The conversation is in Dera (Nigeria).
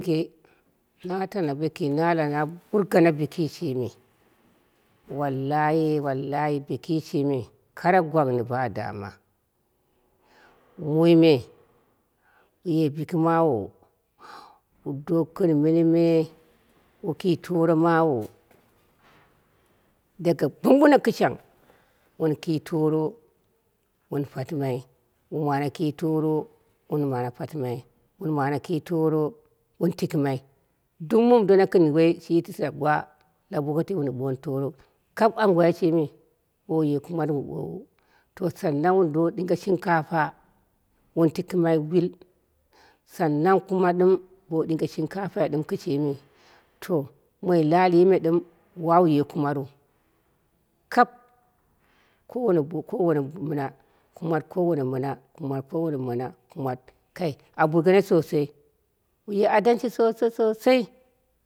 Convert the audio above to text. Ye na tana bo kii na ala na burgana gɨn kii kɨ shime wallayi wallayi bo kishimi kara gwanni badama, muui me ye biki mawu dowu gɨn minimi, wu ki toromawu daga bumbuno kɨshang, wun ki to wun patɨmai wun mane ki toro wun mane patimai, wun mane ki tora wun tikɨmai, duk muum dona shi yitira woi gwa wun ɓoni toro kai anguwai shimi boure kumar wun ɓowu. To sannan wun do ɗinge shin kapa wun tikɨma wit sannang kuma ɗɨm bou ɨinge shinka pai ɗɨm kishimi moi lalii me ɗɨm wawu ye kumarwu, kap kowane bo ko wane kumat kowane mɨna kumat kowane mɨna kumat kai burgene sosai wuye adalshi sosai sosai.